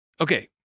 Okay